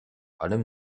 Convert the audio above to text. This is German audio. allem